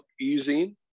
easing